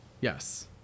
Yes